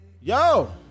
Yo